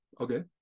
okay